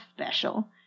special